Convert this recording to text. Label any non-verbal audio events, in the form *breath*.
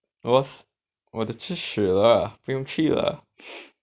cause 我的吃屎了不用去了 *breath*